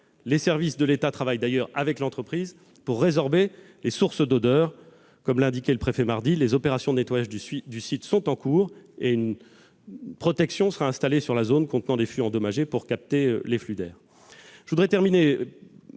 Les services de l'État travaillent d'ailleurs avec l'entreprise pour résorber les sources d'odeurs. Comme l'a indiqué le préfet hier, les opérations de nettoyage du site sont en cours ; une protection sera installée sur la zone contenant des fûts endommagés pour capter les flux d'air.